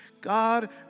God